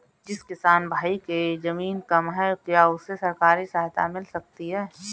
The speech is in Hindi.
जिस किसान भाई के ज़मीन कम है क्या उसे सरकारी सहायता मिल सकती है?